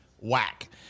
whack